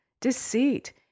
deceit